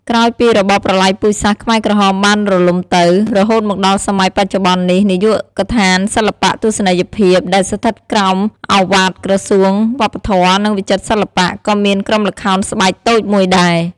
ក្រោយពីរបបប្រល័យពូជសាសន៍ខ្មែរក្រហមបានរលំទៅ រហូតមកដល់សម័យបច្ចុប្បន្ននេះ នាយកដ្ឋានសិល្បៈទស្សនីយភាព ដែលស្ថិតក្រោមឱវាទក្រសួងវប្បធម៌ និងវិចិត្រសិល្បៈ ក៏មានក្រុមល្ខោនស្បែកតូចមួយដែរ។